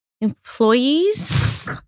employees